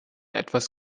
etwas